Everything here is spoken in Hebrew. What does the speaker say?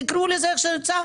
תקראו לזה איך שאתם רוצים,